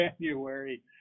January